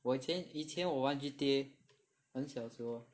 我以前以前我玩 G_T_A 很小时候